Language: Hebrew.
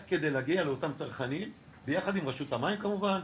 רק כדי להגיע לאותם צרכנים ביחד עם רשות המים כמובן,